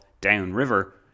downriver